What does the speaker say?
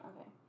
Okay